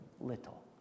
little